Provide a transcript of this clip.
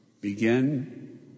begin